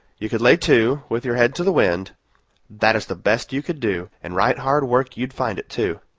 you could lay to, with your head to the wind that is the best you could do, and right hard work you'd find it, too.